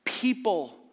People